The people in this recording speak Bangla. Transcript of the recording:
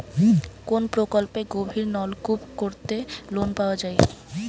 কোন প্রকল্পে গভির নলকুপ করতে লোন পাওয়া য়ায়?